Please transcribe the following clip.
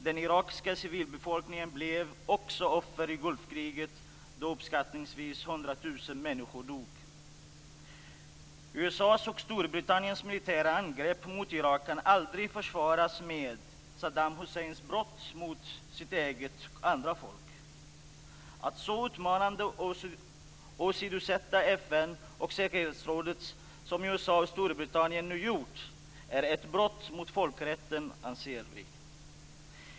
Den irakiska civilbefolkningen blev också offer i Gulfkriget, då uppskattningsvis 100 000 USA:s och Storbritanniens militära angrepp mot Irak kan aldrig försvaras med Saddam Husseins brott mot sitt eget och andra folk. Att så utmanande åsidosätta FN och säkerhetsrådet som USA och Storbritannien nu gjort är ett brott mot folkrätten, anser vi.